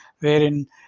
wherein